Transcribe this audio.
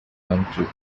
country